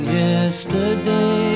yesterday